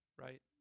right